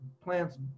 plants